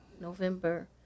November